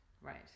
Right